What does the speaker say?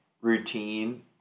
routine